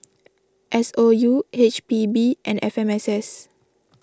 S O U H P B and F M S S